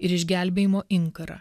ir išgelbėjimo inkarą